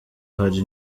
hari